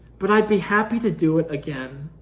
but i'd be happy to do it again.